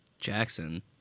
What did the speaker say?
Jackson